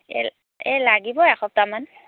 এ এই লাগিব এসপ্তাহমান